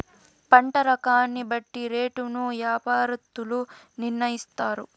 పంట రకాన్ని బట్టి రేటును యాపారత్తులు నిర్ణయిత్తారు